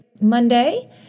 monday